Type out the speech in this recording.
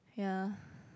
ya